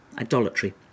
idolatry